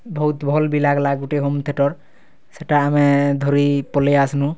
ବହୁତ୍ ଭଲ୍ ବି ଲାଗ୍ଲା ଗୁଟେ ହୋମ୍ ଥିଏଟର୍ ସେଟା ଆମେ ଧରି ପଲେଇ ଆସ୍ଲୁଁ